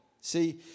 See